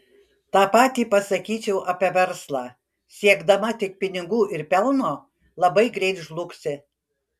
tą patį pasakyčiau apie verslą siekdama tik pinigų ir pelno labai greit žlugsi